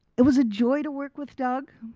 it was a joy to work with doug,